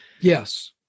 Yes